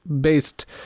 based